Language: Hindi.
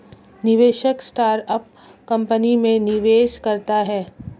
निवेशक स्टार्टअप कंपनी में निवेश करता है